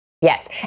Yes